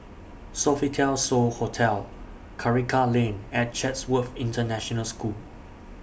Sofitel So Hotel Karikal Lane and Chatsworth International School